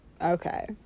Okay